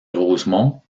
rosemont